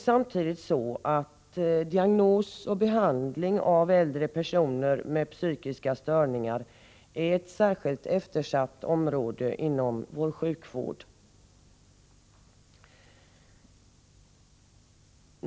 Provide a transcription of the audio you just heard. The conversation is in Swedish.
Samtidigt är även diagnos och behandling av äldre personer med psykiska störningar ett mycket eftersatt område inom vår sjukvård.